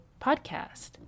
podcast